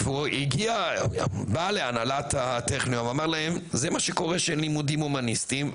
הוא בא להנהלת הטכניון ואמר להם: זה מה שקורה כשאין לימודים הומניסטיים,